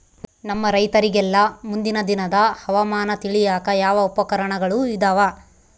ನಮ್ಮ ರೈತರಿಗೆಲ್ಲಾ ಮುಂದಿನ ದಿನದ ಹವಾಮಾನ ತಿಳಿಯಾಕ ಯಾವ ಉಪಕರಣಗಳು ಇದಾವ?